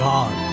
God